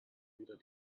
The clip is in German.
wieder